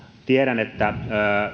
tiedän että